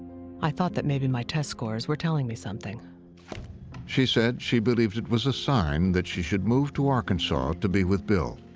i thought that maybe my test scores were telling me something. narrator she said she believed it was a sign that she should move to arkansas to be with bill.